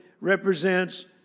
represents